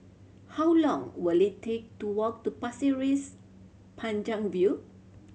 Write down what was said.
how long will it take to walk to Pasir Panjang View